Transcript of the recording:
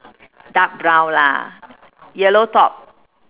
dark brown lah yellow top